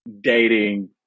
dating